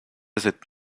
cette